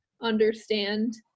understand